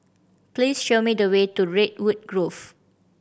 please show me the way to Redwood Grove